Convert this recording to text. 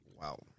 Wow